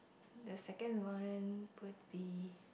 the second one would be